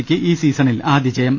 സിക്ക് ഈ സീസണിൽ ആദ്യ ജയം